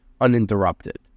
uninterrupted